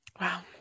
Wow